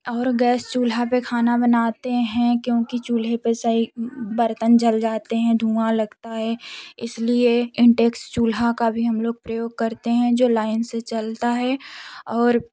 और गैस चूल्हा पर खाना बनाते हैं क्योंकि चूल्हे पर सही बर्तन जल जाते हैं धुआँ लगता है इसलिए इंडैक्स चूल्हा का भी हम लोग प्रयोग करते हैं जो लाइन से चलता है और